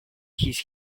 his